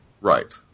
Right